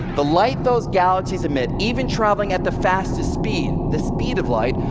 the light those galaxies emit, even traveling at the fastest speed, the speed of light,